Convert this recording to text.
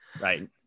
Right